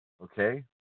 Okay